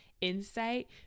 insight